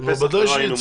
לפסח לא היינו מודעים.